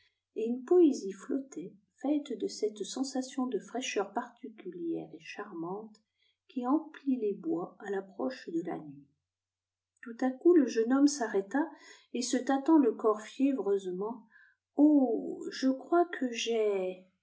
et une poésie flottait faite de cette sensation de fraîcheur particulière et charmante qui emplit les bois à l'approche de la nuit tout à coup le jeune homme s'arrêta et se tatant le corps fiévreusement oh je crois que j'ai